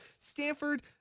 Stanford